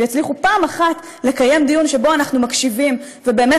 ויצליחו פעם אחת לקיים דיון שבו אנחנו מקשיבים ובאמת